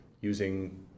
using